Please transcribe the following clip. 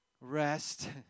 rest